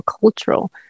cultural